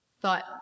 thought